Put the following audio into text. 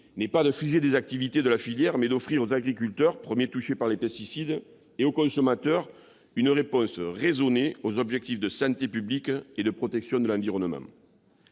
n'est pas de figer des activités de la filière. Il s'agit d'offrir aux agriculteurs, premiers touchés par les pesticides, et aux consommateurs une réponse raisonnée aux objectifs de santé publique et de protection de l'environnement.